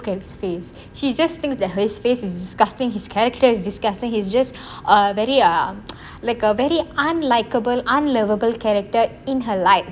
at his face she just thinks that his face is disgusting his character is disgusting the's just (err)a very err like a very unlikeable unlovable character in her life